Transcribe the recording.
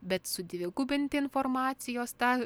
bet sudvigubinti informacijos tą